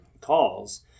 calls